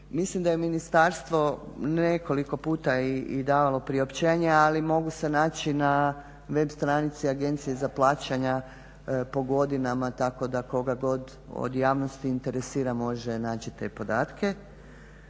mislim da je ministarstvo nekoliko puta i davalo priopćenja ali mogu se naći na web stranici agencije za plaćanja po godinama tako da koga god od javnosti interesira može naći te podatke